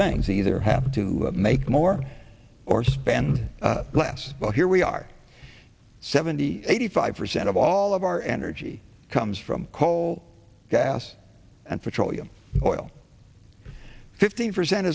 things either have to make more or spend less well here we are seventy eighty five percent of all of our energy comes from coal gas and petroleum oil fifteen percent